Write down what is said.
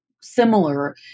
similar